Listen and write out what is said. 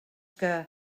que